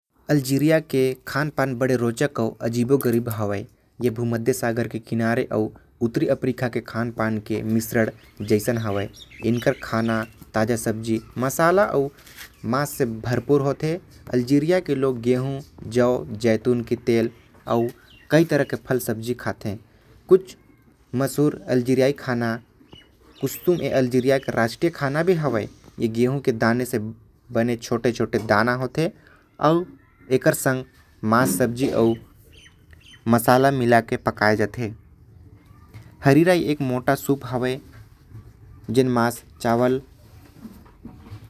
अल्जीरिया के खाना बहुते रोचक होथे। ए भूमध्य सागर के किनारे अउ उत्तरी अफ्रीका के खान-पान के मिश्रण होथे। इनकर खाना सब्जी मांस अउ मसाला से भरपूर होथे। एमन गेहूं, जौ अउ जैतून के तेल, फल सब भी खाथे। हरीरा सूप लोग मन यहा पिथे अउ कुशतुम ए अल्जीरिया यहा के राष्ट्रीय खाना हवे।